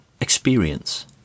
experience